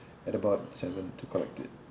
at about seven to collect it